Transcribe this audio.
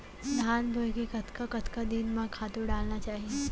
धान बोए के कतका कतका दिन म खातू डालना चाही?